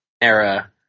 era